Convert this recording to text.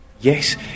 yes